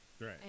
Right